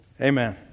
Amen